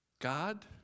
God